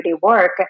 work